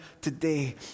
today